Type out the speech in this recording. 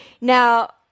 Now